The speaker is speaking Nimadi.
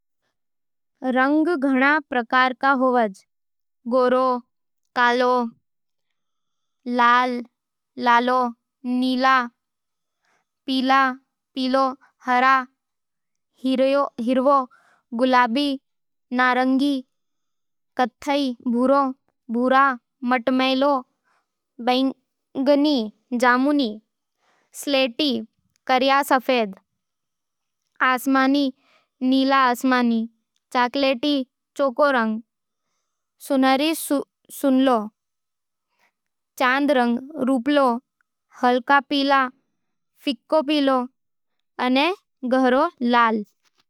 रंग घणा प्रकार के होवे। गोरो, काला काळो, लाल, लालो, नीला नील, पीला पीलो, हरा हिरवो, गुलाबी गुलाबी, नारंगी नारंगी, कत्थई भूरो, भूरा मटमैलों, बैंगनी जामुनी, स्लेटी करिया-सफेद, आसमानी नील आसमानी, चॉकलेटी चोको रंग, सुनहरी सुनलो, चांदी रंग रुपलो, हल्का पीला फिक्को पीलो अने गहरा लाल।